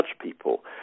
people